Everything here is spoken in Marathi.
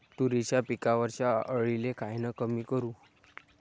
तुरीच्या पिकावरच्या अळीले कायनं कमी करू?